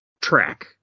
track